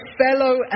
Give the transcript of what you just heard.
fellow